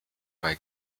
bei